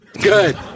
Good